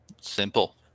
Simple